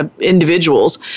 individuals